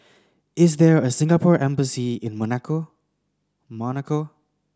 is there a Singapore Embassy in Monaco Monaco